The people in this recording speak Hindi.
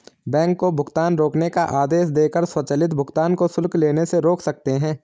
बैंक को भुगतान रोकने का आदेश देकर स्वचालित भुगतान को शुल्क लेने से रोक सकते हैं